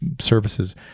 services